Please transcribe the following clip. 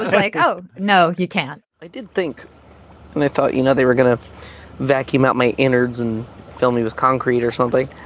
like oh no you can't. i didn't think and i thought you know they were gonna vacuum out my innards and fill me with concrete or something.